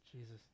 Jesus